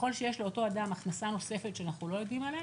ככל שיש לאותו אדם הכנסה נוספת שאנחנו לא יודעים עליה,